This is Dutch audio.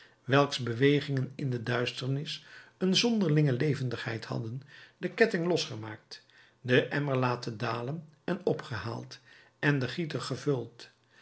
welks bewegingen in de duisternis een zonderlinge levendigheid hadden den ketting losgemaakt den emmer laten dalen en opgehaald en den gieter gevuld